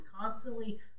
constantly